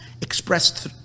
expressed